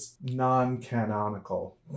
non-canonical